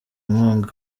nkunga